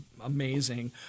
amazing